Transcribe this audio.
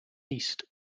east